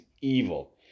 evil